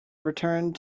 returned